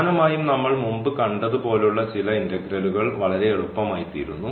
പ്രധാനമായും നമ്മൾ മുമ്പ് കണ്ടതുപോലുള്ള ചില ഇന്റഗ്രലുകൾ വളരെ എളുപ്പമായിത്തീരുന്നു